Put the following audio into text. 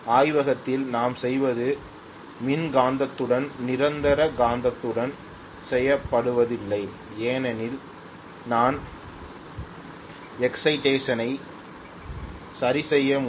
ஆய்வகத்தில் நாம் செய்வது மின்காந்தத்துடன் நிரந்தர காந்தத்துடன் செய்யப்படுவதில்லை ஏனெனில் நான் எக்சைடேஷன் ஐ சரிசெய்ய முடியும்